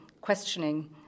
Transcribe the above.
questioning